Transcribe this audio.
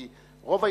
כי רוב ההתנחלויות,